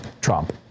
Trump